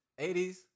80s